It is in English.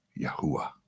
yahuwah